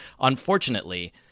unfortunately